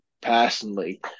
personally